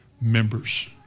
members